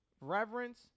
reverence